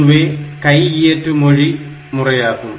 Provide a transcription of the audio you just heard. இதுவே கையியற்று மொழி முறையாகும்